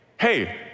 hey